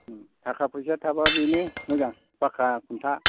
थाखा फैसा थाब्ला बेनो मोजां पाक्का खुन्था